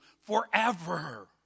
forever